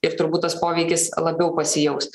ir turbūt tas poveikis labiau pasijaus